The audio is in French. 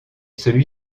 celui